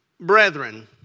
Brethren